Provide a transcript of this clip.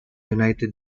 united